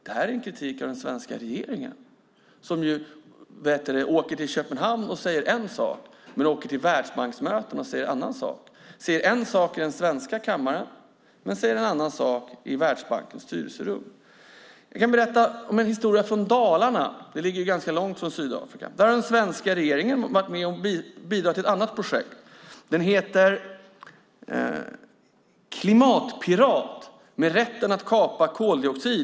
Det här är en kritik av den svenska regeringen som säger en sak i Köpenhamn men en annan på världsbanksmötena, en sak i riksdagens kammare men en annan i Världsbankens styrelserum. Låt mig berätta en historia från Dalarna, som ju ligger ganska långt från Sydafrika. Där har regeringen bidragit till ett projekt som heter Klimatpirat - med rätt att kapa koldioxiden.